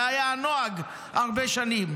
זה היה הנוהג הרבה שנים.